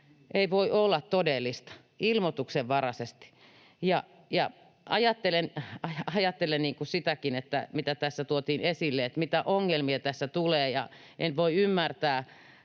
Ei voi olla todellista — ilmoituksenvaraisesti. Ajattelen sitäkin, mitä tässä tuotiin esille, että mitä ongelmia tässä tulee, ja en voi ymmärtää,